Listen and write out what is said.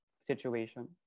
situation